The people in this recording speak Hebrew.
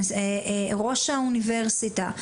ראש האוניברסיטה,